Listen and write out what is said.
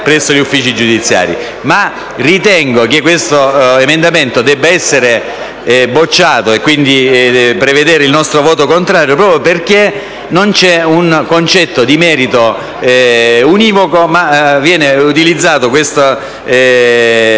Ritengo che questo emendamento debba essere bocciato - e quindi annuncio il nostro voto contrario - proprio perché non c'è un concetto di merito univoco, ma viene utilizzato questo criterio